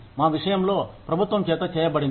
మా విషయంలో ప్రభుత్వం చేత చేయబడింది